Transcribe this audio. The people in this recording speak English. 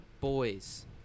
Boys